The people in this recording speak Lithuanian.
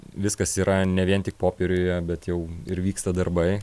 viskas yra ne vien tik popieriuje bet jau ir vyksta darbai